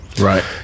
Right